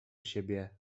siebie